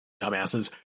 dumbasses